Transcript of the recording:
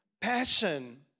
Passion